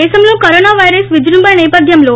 దేశంలో corona virus విజృంభణ సేపథ్యంలో